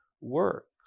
works